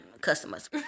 customers